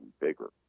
bigger